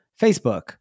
Facebook